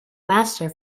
master